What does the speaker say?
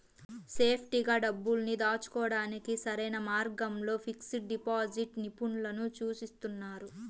సేఫ్టీగా డబ్బుల్ని దాచుకోడానికి సరైన మార్గంగా ఫిక్స్డ్ డిపాజిట్ ని నిపుణులు సూచిస్తున్నారు